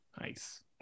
Nice